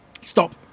Stop